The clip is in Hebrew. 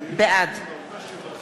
בעד